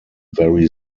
very